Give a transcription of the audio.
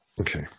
Okay